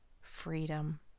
freedom